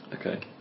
Okay